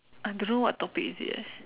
I don't know what topic is it eh